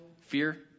fear